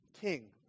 king